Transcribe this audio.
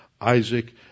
Isaac